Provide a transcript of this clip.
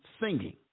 singing